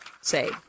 say